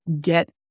get